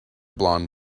blond